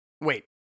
Wait